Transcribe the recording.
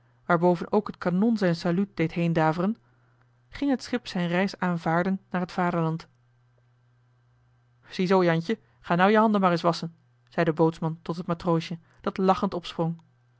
waarboven ook het kanon zijn saluut deed heen daveren ging het schip zijn reis aanvaarden naar het vaderland ziezoo jantje ga nou je handen maar eens wasschen zei de bootsman tot het matroosje dat lachend